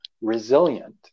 resilient